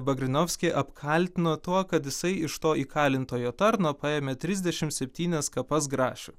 vagrinovskį apkaltino tuo kad jisai iš to įkalintojo tarno paėmė trisdešimt septynias kapas grašių